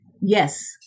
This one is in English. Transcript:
Yes